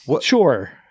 Sure